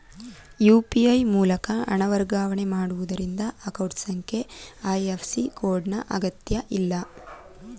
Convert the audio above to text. UPI ಮೂಲಕ ಹಣ ವರ್ಗಾವಣೆ ಮಾಡುವುದರಿಂದ ಅಕೌಂಟ್ ಸಂಖ್ಯೆ ಐ.ಎಫ್.ಸಿ ಕೋಡ್ ನ ಅಗತ್ಯಇಲ್ಲ